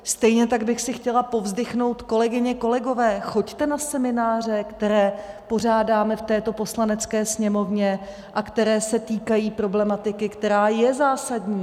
Stejně tak bych si chtěla povzdychnout, kolegyně, kolegové, choďte na semináře, které pořádáme v této Poslanecké sněmovně a které se týkají problematiky, která je zásadní.